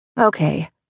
Okay